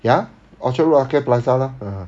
ya orchard road lucky plaza lor